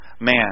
man